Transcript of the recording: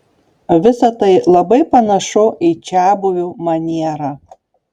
visa tai labai panašu į čiabuvių manierą